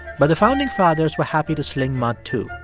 but the founding fathers were happy to sling mud, too.